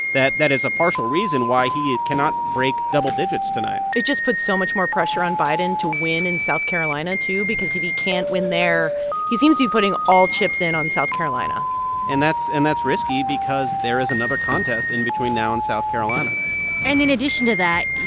that that is a partial reason why he cannot break double digits tonight it just puts so much more pressure on biden to win in south carolina, too. because if he can't win there he seems to be putting all chips in on south carolina and that's and that's risky because there is another contest in between now and south carolina and in addition to that,